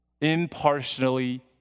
impartially